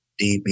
DB